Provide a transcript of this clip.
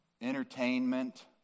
entertainment